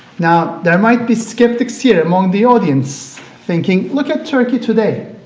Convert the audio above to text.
now, there might be skeptics here among the audience thinking, look at turkey today,